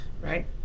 right